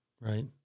right